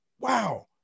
wow